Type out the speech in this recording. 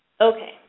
Okay